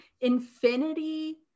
infinity